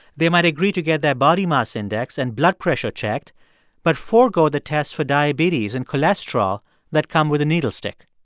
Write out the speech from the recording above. they might agree to get their body mass index and blood pressure checked but forgo the tests for diabetes and cholesterol that come with a needle stick.